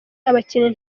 abakinnyi